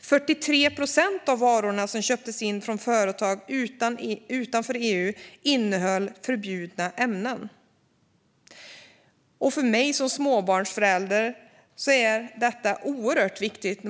43 procent av varorna som köptes in från företag utanför EU innehöll förbjudna ämnen. För mig som småbarnsförälder är detta oerhört viktigt.